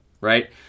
right